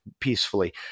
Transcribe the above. peacefully